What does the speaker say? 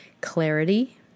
Clarity